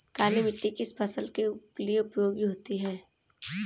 काली मिट्टी किस फसल के लिए उपयोगी होती है?